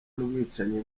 n’ubwicanyi